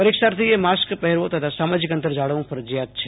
પરીક્ષાઅ mask પહેરવો તથા સામાજીક અંતર જાળવવું ફરજીયાત છે